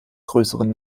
größeren